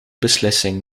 beslissing